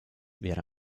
wäre